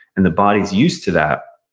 and the body's used to that,